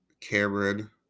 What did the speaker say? Cameron